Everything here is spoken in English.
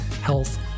Health